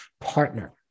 partner